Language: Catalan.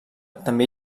també